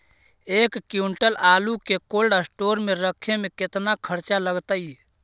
एक क्विंटल आलू के कोल्ड अस्टोर मे रखे मे केतना खरचा लगतइ?